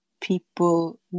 people